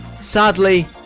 Sadly